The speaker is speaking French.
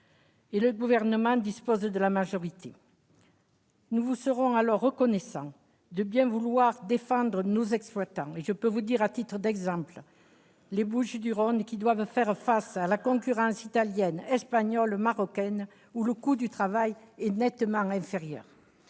le Gouvernement y dispose de la majorité ! Nous vous serions reconnaissants de bien vouloir défendre nos exploitants. À titre d'exemple, je puis vous dire que les Bouches-du-Rhône doivent faire face à la concurrence italienne, espagnole, marocaine, où le coût du travail est nettement inférieur.